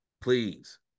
please